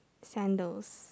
sandals